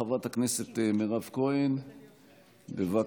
חברת הכנסת מירב כהן, בבקשה.